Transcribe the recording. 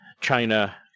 China